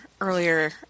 earlier